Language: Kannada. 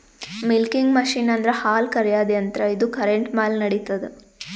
ಮಿಲ್ಕಿಂಗ್ ಮಷಿನ್ ಅಂದ್ರ ಹಾಲ್ ಕರ್ಯಾದ್ ಯಂತ್ರ ಇದು ಕರೆಂಟ್ ಮ್ಯಾಲ್ ನಡಿತದ್